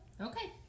Okay